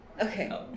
Okay